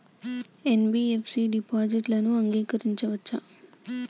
NBFC డిపాజిట్లను అంగీకరించవచ్చా?